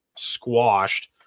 squashed